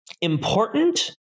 Important